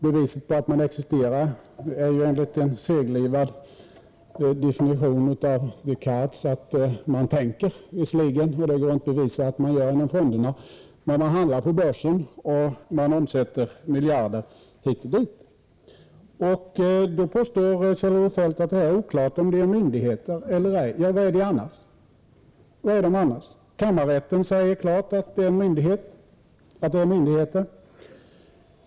Beviset på att man existerar är ju, enligt en seglivad definition av Descartes, att man tänker. Visserligen går det inte att bevisa att man gör det inom fonderna, men man handlar på börsen och man omsätter miljarder hit och dit. Då påstår Kjell-Olof Feldt att det är oklart om de är myndigheter eller ej. Vad är de annars? Kammarrätten säger klart att löntagarfonderna är myndigheter.